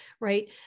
right